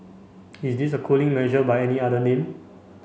is this a cooling measure by any other name